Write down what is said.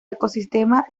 ecosistema